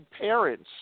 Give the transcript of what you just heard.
parents